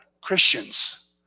Christians